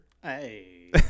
Hey